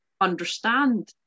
understand